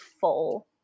full